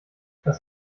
was